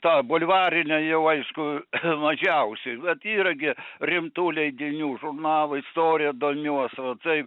tą bulvarinę jau aišku mažiausiai bet yra gi rimtų leidinių žurnalų istorija domiuos va tai